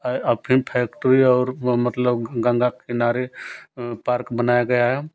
अफीम फैक्ट्री और मतलब गंगा किनारे पार्क बनाया गया है